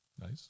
nice